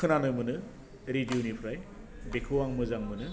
खोनानो मोनो रेडिअनिफ्राय बेखौ आं मोजां मोनो